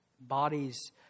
bodies